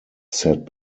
sat